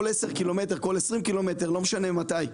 עשרה קילומטר, כל 20 קילומטר, לא משנה מתי,